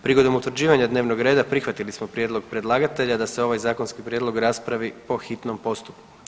Prigodom utvrđivanja dnevnog reda prihvatili smo prijedlog predlagatelja da se ovaj zakonski prijedlog raspravi po hitnom postupku.